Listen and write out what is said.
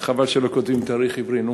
חבל שלא כותבים תאריך עברי,